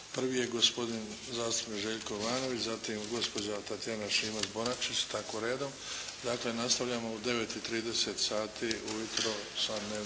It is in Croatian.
Prvi je gospodin zastupnik Željko Jovanović, zatim gospođa Tatjana Šimac-Bonačić i tako redom. Dakle, nastavljamo u 9,30 sati ujutro